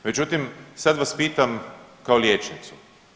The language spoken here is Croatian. Međutim, sad vas pitam kao liječnicu.